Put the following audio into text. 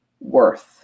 worth